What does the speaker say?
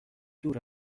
دور